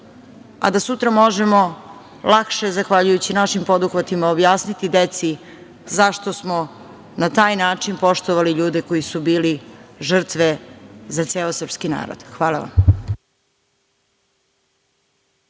a da sutra možemo lakše, zahvaljujući našim poduhvatima, objasniti deci zašto smo na taj način poštovali ljude koji su bili žrtve za ceo srpski narod. Hvala vam.